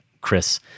Chris